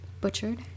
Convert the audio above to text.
butchered